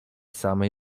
samej